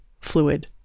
fluid